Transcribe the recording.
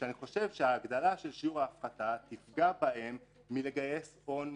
ואני חושב שההגדלה של שיעור ההפחתה תפגע בהם מלגייס הון,